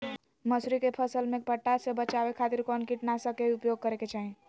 मसूरी के फसल में पट्टा से बचावे खातिर कौन कीटनाशक के उपयोग करे के चाही?